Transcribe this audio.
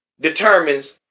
determines